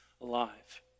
alive